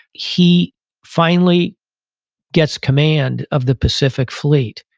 he finally gets command of the pacific fleet.